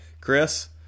Chris